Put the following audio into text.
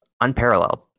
unparalleled